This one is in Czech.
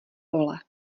pole